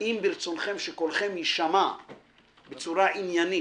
אם ברצונכם שקולכם יישמע בצורה עניינית,